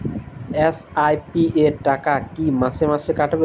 SIP র টাকা কী মাসে মাসে কাটবে?